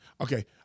Okay